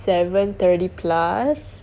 seven thirty plus